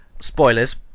spoilers